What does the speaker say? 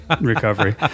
recovery